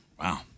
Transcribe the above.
Wow